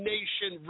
Nation